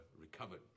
recovered